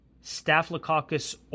Staphylococcus